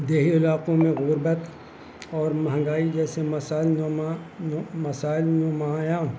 دیہی علاقوں میں غربت اور مہنگائی جیسے مسائل نما مسائل نمایاں